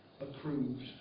approved